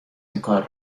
اینکار